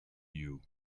you